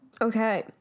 Okay